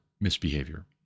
misbehavior